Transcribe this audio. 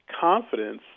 confidence